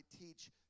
teach